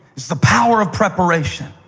it's the power of preparation.